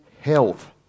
health